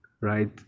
right